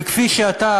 וכפי שאתה,